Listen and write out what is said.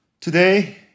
Today